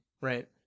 Right